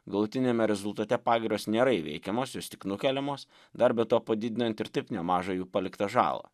galutiniame rezultate pagirios nėra įveikiamos jos tik nukeliamos dar be to padidinant ir taip nemažą jų paliktą žalą